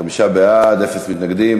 חמישה בעד, אפס מתנגדים.